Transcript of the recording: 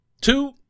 two